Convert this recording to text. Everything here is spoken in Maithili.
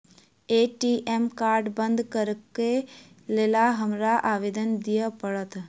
ए.टी.एम कार्ड बंद करैक लेल हमरा आवेदन दिय पड़त?